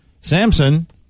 Samson